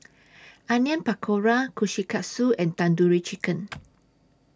Onion Pakora Kushikatsu and Tandoori Chicken